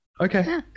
okay